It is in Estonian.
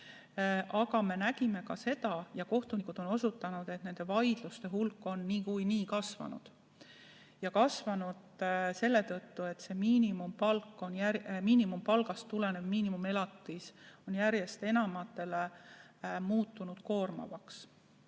oleme näinud ka seda ja kohtunikudki on osutanud sellele, et vaidluste hulk on niikuinii kasvanud – kasvanud selle tõttu, et miinimumpalgast tulenev miinimumelatis on järjest enamatele muutunud koormavaks.